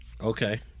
Okay